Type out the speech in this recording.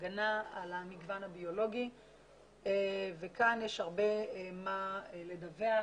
הגנה על המגוון הביולוגי וכאן יש הרבה מה לדווח.